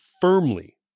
firmly